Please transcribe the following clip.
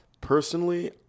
Personally